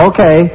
Okay